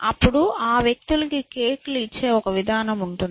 అప్పుడు ఆ వ్యక్తులకి కేక్ లు ఇచ్చే ఒక విధానం ఉంటుంది